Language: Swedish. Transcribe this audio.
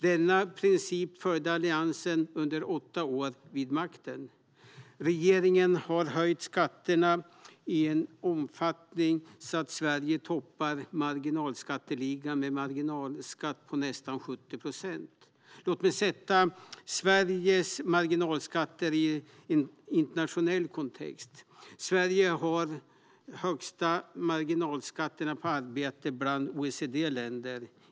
Denna princip följde Alliansen under åtta år vid makten. Regeringen har höjt skatterna i en sådan omfattning att Sverige toppar marginalskatteligan med en marginalskatt på nästan 70 procent. Låt mig sätta Sveriges marginalskatter i en internationell kontext. Sverige har högst marginalskatter på arbete bland OECD-länder.